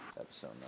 episode